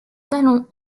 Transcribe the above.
talons